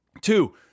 two